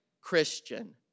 Christian